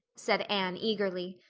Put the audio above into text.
said anne eagerly.